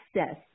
access